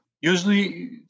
usually